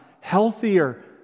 Healthier